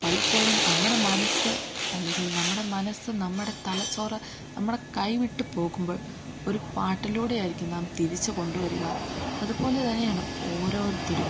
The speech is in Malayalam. പലപ്പോഴും നമ്മുടെ മനസ്സ് അല്ലെങ്കിൽ നമ്മുടെ മനസ്സ് നമ്മുടെ തലച്ചോറ് നമ്മുടെ കൈവിട്ടു പോകുമ്പോൾ ഒരു പാട്ടിലൂടെയായിരിക്കും നാം തിരിച്ചു കൊണ്ടുവരിക അതുപോലെ തന്നെയാണ് ഓരോരുത്തരും